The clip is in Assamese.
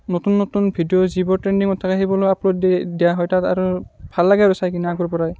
নতুন নতুন ভিডিঅ' যিবোৰ ট্ৰেণ্ডিঙত থাকে সেইবোৰো আপলোড দিয়ে দিয়া হয় তাত আৰু ভাল লাগে আৰু চাই কিনে আগৰ পৰাই